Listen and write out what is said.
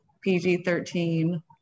pg-13